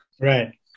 Right